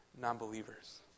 non-believers